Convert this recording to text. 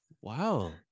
Wow